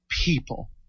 people